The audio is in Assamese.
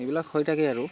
এইবিলাক হৈ থাকে আৰু